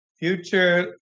future